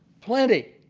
plenty.